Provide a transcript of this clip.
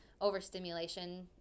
overstimulation